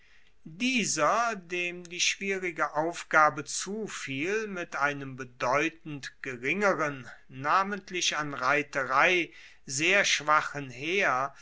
dieser dem die schwierige aufgabe zufiel mit einem bedeutend geringeren namentlich an reiterei sehr schwachen heer